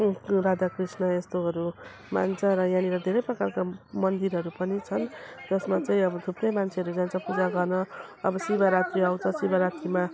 राधाकृष्ण यस्तोहरू मान्छ र यहाँनिर धेरै प्रकारका मन्दिरहरू पनि छन् जसमा चाहिँ अब थुप्रै मान्छेहरू जान्छ पूजा गर्न अब शिवरात्री आउँछ शिवरात्रीमा